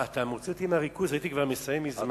אתה מוציא אותי מהריכוז, כבר הייתי מסיים מזמן.